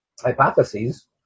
hypotheses